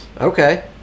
Okay